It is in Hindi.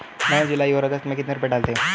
मैंने जुलाई और अगस्त में कितने रुपये डाले थे?